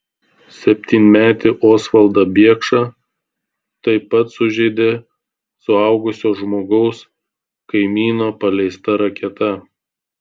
septynmetį osvaldą biekšą taip pat sužeidė suaugusio žmogaus kaimyno paleista raketa